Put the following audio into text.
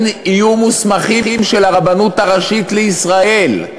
יהיו מוסמכים של הרבנות הראשית לישראל,